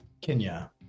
Kenya